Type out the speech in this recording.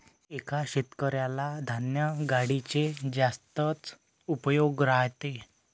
एका शेतकऱ्याला धान्य गाडीचे जास्तच उपयोग राहते